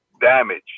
damage